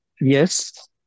yes